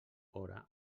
hora